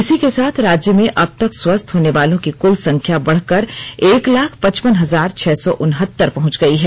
इसी के साथ राज्य में अब तक स्वस्थ होने वालों की कुल संख्या बढ़कर एक लाख पचपन हजार छह सौ उनहत्तर पहुंच गई है